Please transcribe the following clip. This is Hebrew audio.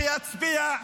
שיצביע,